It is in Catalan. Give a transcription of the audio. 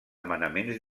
manaments